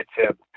tip